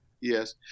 Yes